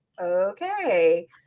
okay